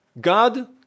God